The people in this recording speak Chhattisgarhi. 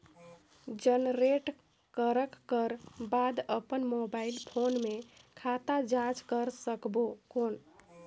जनरेट करक कर बाद अपन मोबाइल फोन मे खाता जांच कर सकबो कौन?